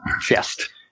chest